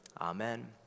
Amen